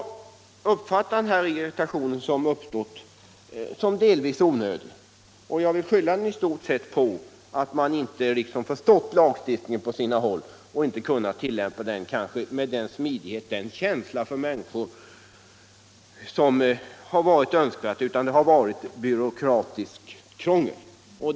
Jag uppfattar den irritation som uppstått såsom delvis onödig. I stort vill jag skylla den på att man inte riktigt förstått lagstiftningen på sina håll och inte kunnat tillämpa lagen med önskvärd smidighet och känsla för människor, utan det har varit byråkratiskt krångel.